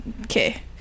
Okay